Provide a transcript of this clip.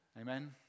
Amen